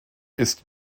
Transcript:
ist